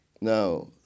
Now